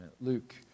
Luke